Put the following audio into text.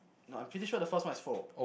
no I'm pretty sure the first one is four